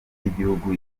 y’igihugu